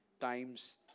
times